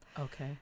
Okay